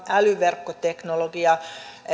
älyverkkoteknologia